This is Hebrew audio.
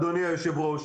אדוני היושב-ראש,